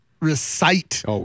recite